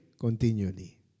continually